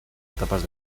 etapas